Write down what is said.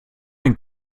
ein